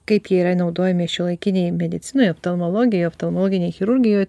kaip jie yra naudojami šiuolaikinėj medicinoj oftalmologijoj oftalmologinėj chirurgijoj